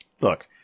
Look